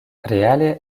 reale